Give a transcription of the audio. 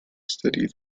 study